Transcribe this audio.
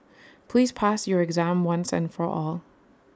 please pass your exam once and for all